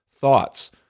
thoughts